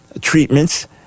treatments